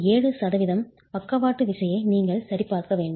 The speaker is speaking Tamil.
7 சதவிகிதம் பக்கவாட்டு லேட்ரல் விசையை நீங்கள் சரிபார்க்க வேண்டும்